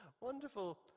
wonderful